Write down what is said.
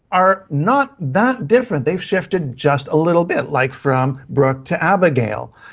are not that different, they've shifted just a little bit, like from brooke to abigail.